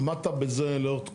עמדת בזה לאורך תקופה,